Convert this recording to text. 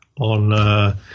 on –